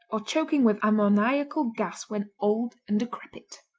or choking with ammoniacal gas when old and decrepit.